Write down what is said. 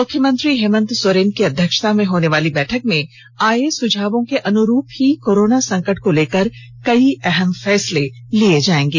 मुख्यमंत्री हेमंत सोरेन की अध्यक्षता में होने वाली बैठक में आए सुझावों के अनुरूप ही कोरोना संकट को लेकर कई अहम फैसले लिए जाएगें